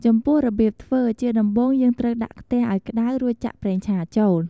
ចំពោះរបៀបធ្វើ ជាដំបូងយើងត្រូវដាក់ខ្ទះឱ្យក្តៅ រួចចាក់ប្រេងឆាចូល។